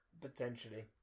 potentially